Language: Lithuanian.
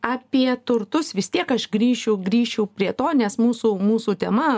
apie turtus vis tiek aš grįšiu grįšiu prie to nes mūsų mūsų tema